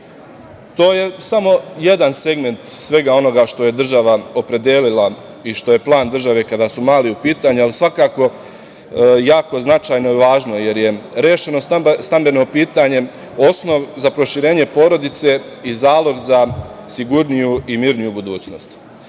je samo jedan segment svega onoga što je država opredelila i što je plan države kada su mladi u pitanju, ali svakako jako značajno i važno, jer je rešeno stambeno pitanje osnov za proširenje porodice i zalog za sigurniju i mirniju budućnost. Kada